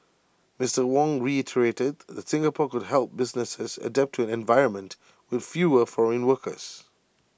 Mister Ong reiterated that Singapore could help businesses adapt to an environment with fewer foreign workers